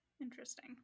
interesting